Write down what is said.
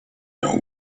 know